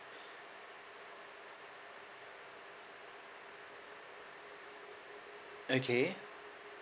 okay